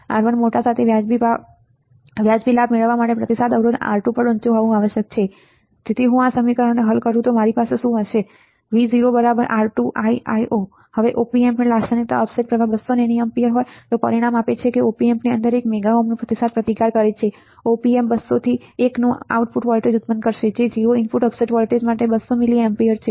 R1 મોટા સાથે વાજબી લાભ મેળવવા માટે પ્રતિસાદ અવરોધ R2 પણ ઊંચું હોવું આવશ્યક છે તેથી જો હું આ સમીકરણને વધુ હલ કરું તો મારી પાસે શું હશે હવે op amની લાક્ષણિક ઓફસેટ પ્રવાહ 200 નેનો એમ્પીયર છે તે પરિણામ આપે છે કે op ampની અંદર એક મેગા ઓહ્મનો પ્રતિસાદ પ્રતિકાર છે ઓપ એમ્પ 200 થી 1 નું આઉટપુટ વોલ્ટેજ ઉત્પન્ન કરશે જે 0 ઇનપુટ ઓફસેટ વોલ્ટેજ માટે 200 મિલિએમ્પીયર છે